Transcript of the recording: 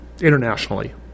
internationally